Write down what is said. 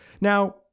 Now